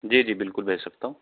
जी जी बिल्कुल भेज सकता हूँ